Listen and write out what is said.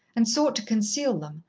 and sought to conceal them,